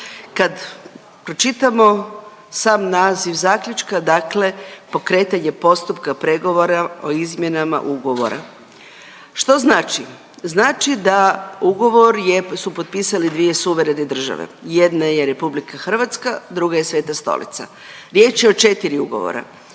Kad pročitamo sam naziv zaključka dakle pokretanje postupka pregovora o izmjenama ugovora što znači? Znači da ugovor je potpisale dvije suverene države, jedna je RH, druga je Sveta Stolica. Riječ je o četiri ugovora,